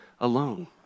alone